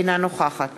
אינה נוכחת